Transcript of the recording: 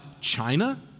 China